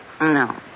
No